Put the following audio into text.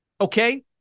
Okay